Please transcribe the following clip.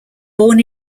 born